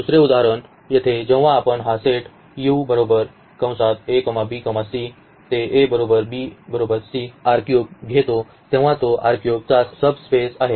दुसरे उदाहरण येथे जेव्हा आपण हा सेट घेतो तेव्हा तो चा सबस्पेस आहे